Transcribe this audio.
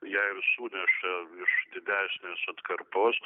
ją ir suneša iš didesnės atkarpos